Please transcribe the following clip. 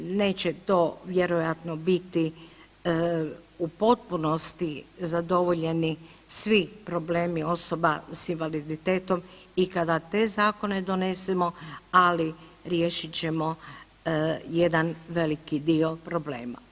Neće to vjerojatno biti u potpunosti zadovoljeni svi problemi osoba s invaliditetom i kada te zakone donesemo, ali riješit ćemo jedan veliki dio problema.